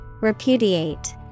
Repudiate